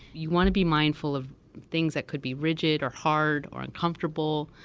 you want to be mindful of things that could be rigid, or hard, or uncomfortable.